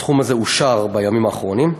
הסכום הזה אושר בימים האחרונים,